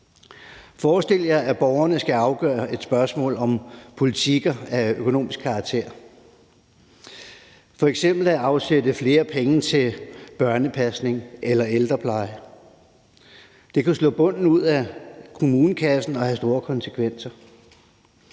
Forestil jer, at borgerne skal afgøre et spørgsmål om politikker af økonomisk karakter, f.eks. at afsætte flere penge til børnepasning eller ældrepleje. Det kunne slå bunden ud af kommunekassen og have store konsekvenser.